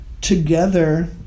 together